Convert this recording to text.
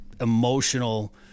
emotional